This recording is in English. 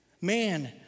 Man